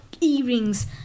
earrings